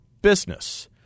business